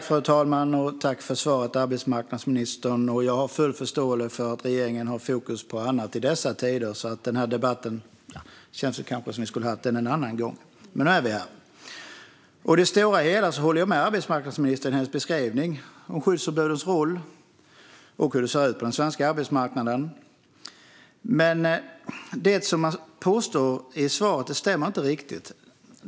Fru talman! Tack för svaret, arbetsmarknadsministern! Jag har full förståelse för att regeringen har fokus på annat i dessa tider. Det känns kanske som att vi skulle ha haft den har debatten en annan gång, men nu är vi här. I det stora hela håller jag med arbetsmarknadsministern i hennes beskrivning av skyddsombudens roll och hur det ser ut på den svenska arbetsmarknaden. Men det som påstås i svaret stämmer inte riktigt.